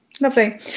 Lovely